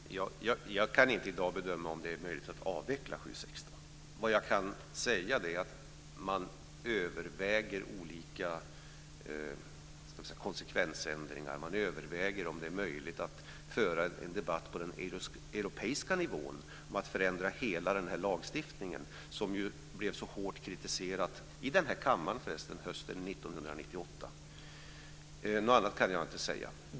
Fru talman! Jag kan inte i dag bedöma om det är möjligt att avveckla 7 kap. 16 §. Vad jag kan säga är att man överväger olika konsekvensändringar. Man överväger om det är möjligt att föra en debatt på den europeiska nivån om att förändra hela den här lagstiftningen, som ju blev så hårt kritiserad i den här kammaren hösten 1998. Något annat kan jag inte säga.